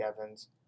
Evans